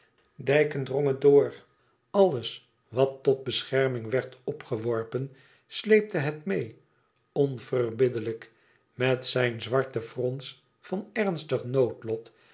drong het door alles wat tot bescherming werd opgeworpen sleepte het meê onverbiddelijk met zijn zwarten frons van ernstig noodlot